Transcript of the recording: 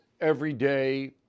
everyday